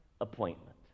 appointment